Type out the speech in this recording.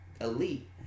elite